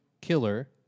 killer